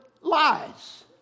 lies